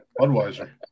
Budweiser